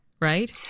right